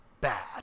bad